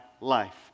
life